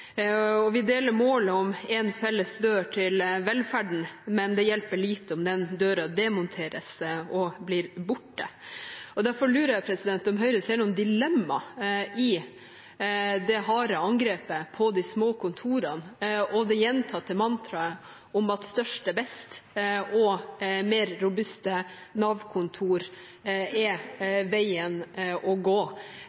Vi deler målet om én felles dør til velferden, men det hjelper lite om den døra demonteres og blir borte. Derfor lurer jeg på om Høyre ser noen dilemmaer i det harde angrepet på de små kontorene og det gjentatte mantraet om at størst er best, og at mer robuste Nav-kontorer er